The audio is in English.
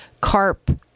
CARP